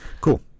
cool